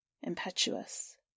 impetuous